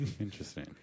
Interesting